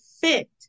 fit